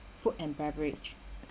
food and beverage